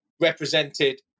represented